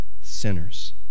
sinners